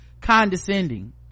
condescending